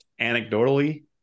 anecdotally